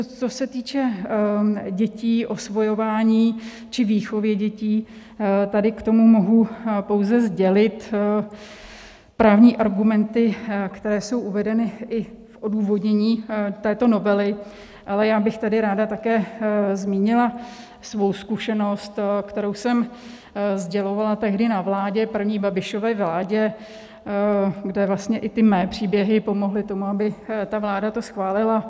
Co se týče dětí, osvojování či výchovy dětí, tady k tomu mohu pouze sdělit právní argumenty, které jsou uvedeny i v odůvodnění této novely, ale já bych tady také ráda zmínila svou zkušenost, kterou jsem sdělovala tehdy na vládě, první Babišově vládě, kde vlastně i ty mé příběhy pomohly tomu, aby to ta vláda schválila.